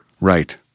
Right